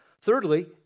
Thirdly